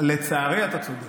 לצערי אתה צודק.